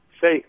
Say